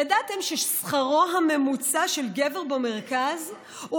ידעתם ששכרו הממוצע של גבר במרכז הוא